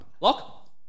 Lock